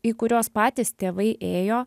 į kuriuos patys tėvai ėjo